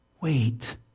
wait